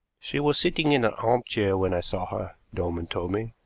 she was sitting in an arm-chair when i saw her, dolman told me,